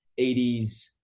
80s